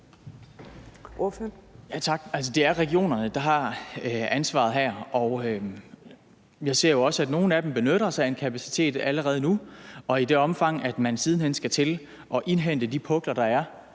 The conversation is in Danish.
det er regionerne, der har ansvaret her, og jeg ser jo også, at nogle af dem benytter sig af en kapacitet allerede nu, og i det omfang man siden hen skal til at indhente de pukler, der er,